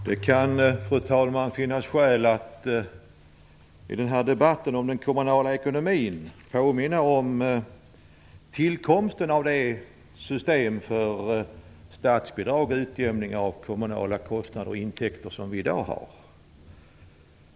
Fru talman! Det kan finnas skäl att i debatten om den kommunala ekonomin påminna om tillkomsten av det system för statsbidrag och utjämning av kommunala kostnader och intäkter som vi i dag har.